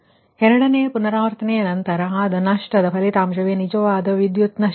ಆದ್ದರಿಂದ ಎರಡನೆಯ ಪುನರಾವರ್ತನೆ ನಂತರ ಆದ ನಷ್ಟದ ಫಲಿತಾಂಶವೇ ನಿಜವಾದ ವಿದ್ಯುತ್ ನಷ್ಟ